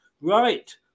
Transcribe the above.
Right